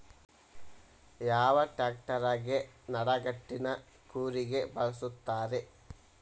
ಯಾವ ಟ್ರ್ಯಾಕ್ಟರಗೆ ನಡಕಟ್ಟಿನ ಕೂರಿಗೆ ಬಳಸುತ್ತಾರೆ?